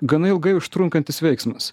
gana ilgai užtrunkantis veiksmas